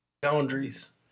boundaries